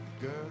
girl